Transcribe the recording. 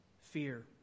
fear